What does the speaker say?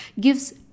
gives